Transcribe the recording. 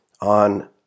on